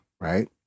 right